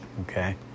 okay